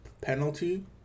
penalty